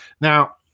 Now